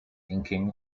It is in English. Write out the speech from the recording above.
inking